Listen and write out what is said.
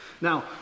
Now